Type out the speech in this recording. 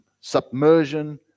Submersion